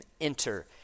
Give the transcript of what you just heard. enter